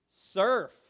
Surf